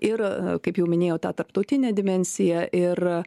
ir kaip jau minėjau tą tarptautinę dimensiją ir